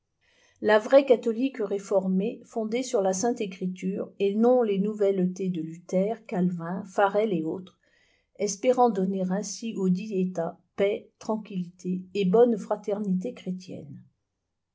la vraie catholique réformée fondée sur la sainte ecriture et non les nouvelletcs de luther calvin farel et autres espérant donner ainsi audit etat paix tranquillité et bonne fraternité chrétienne